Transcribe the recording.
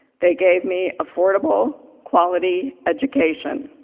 they gave me affordable, quality education.